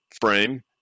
frame